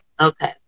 Okay